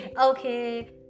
Okay